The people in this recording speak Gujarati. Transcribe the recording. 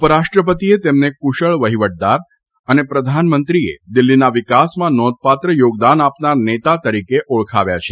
ઉપરાષ્ટ્રપતિએ તેમને કુશળ વફીવટદાર અને પ્રધાનમંત્રીએ દિલ્હીના વિકાસમાં નોંધપાત્ર યોગદાન આપનાર નેતા તરીકે ઓળખાવ્યા છે